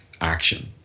action